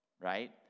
right